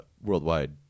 Worldwide